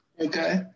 Okay